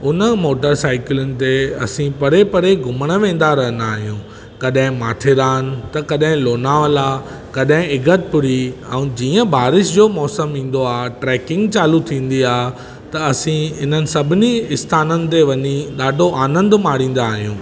उन मोटर साइकलुनि ते असां परे परे घुमणु वेंदा रहंदा आहियूं कॾहिं माथिरान त कॾहिं लुनावला कॾैं इगतपुरी अऊं जीअं बारिश जो मौसम ईंदो आहे ट्रैकिंग चालू थींदी आहे त असीं हिननि सभिनी स्थाननि ते वञी ॾाढो आनंद मारींदा आहियूं